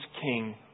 king